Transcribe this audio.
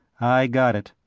i got it.